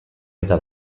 eta